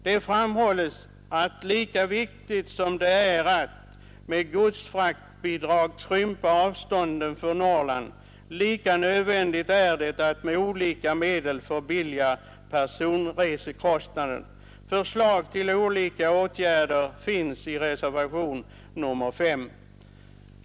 Det framhålles att lika viktigt som det är att med godsfraktbidrag krympa avstånden för Norrland, lika nödvändigt är det att med olika medel förbilliga personresekostnaden. Förslag till olika åtgärder finns i reservationen 5.